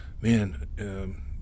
man